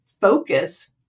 focus